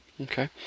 Okay